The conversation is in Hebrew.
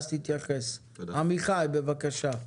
עמיחי תמיר, בבקשה.